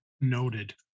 Noted